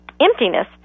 emptiness